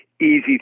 Easy